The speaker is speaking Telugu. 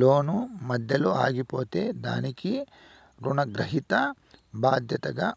లోను మధ్యలో ఆగిపోతే దానికి రుణగ్రహీత బాధ్యతగా